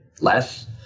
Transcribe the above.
less